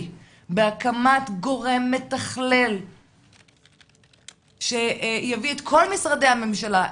בהקמת גורם מתחלל שיביא את כל משרדי הממשלה,